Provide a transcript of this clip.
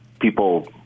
people